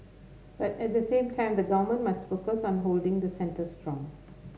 but at the same time the government must focus on holding the centre strong